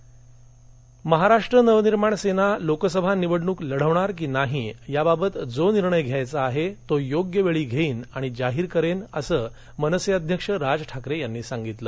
राज ठाकरे महाराष्ट्र नवनिर्माण सेना लोकसभा निवडणूक लढवणार की नाही याबाबत जो निर्णय घ्यायचा आहे तो योग्य वेळी घेईन आणि जाहीर करेन असं मनसे अध्यक्ष राज ठाकरे यांनी सांगितलं